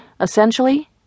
essentially